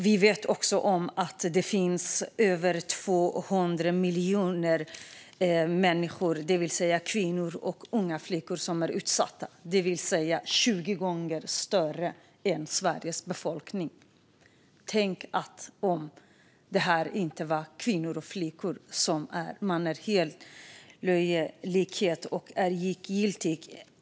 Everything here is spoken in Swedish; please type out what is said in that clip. Vi vet också att det finns över 200 miljoner kvinnor och unga flickor som är utsatta; detta motsvarar 20 gånger Sveriges befolkning. Tänk om det här inte handlade om kvinnor och flickor, som man är likgiltig inför.